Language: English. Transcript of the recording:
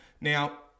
Now